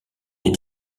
des